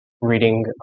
reading